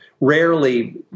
Rarely